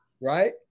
right